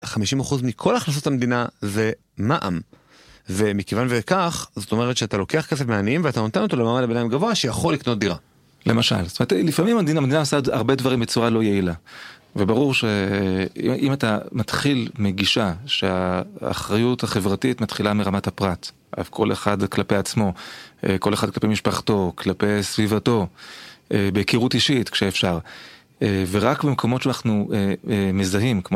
50% מכל הכנסות המדינה זה מע"מ, ומכיוון וכך, זאת אומרת שאתה לוקח כסף מעניים ואתה נותן אותו למעמד ביניים גבוה שיכול לקנות דירה. למשל, זאת אומרת לפעמים המדינה עושה הרבה דברים בצורה לא יעילה, וברור שאם אתה מתחיל מגישה שהאחריות החברתית מתחילה מרמת הפרט, כל אחד כלפי עצמו, כל אחד כלפי משפחתו, כלפי סביבתו, בהיכרות אישית כשאפשר, ורק במקומות שאנחנו מזהים כמו